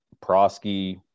Prosky